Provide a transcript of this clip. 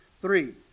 three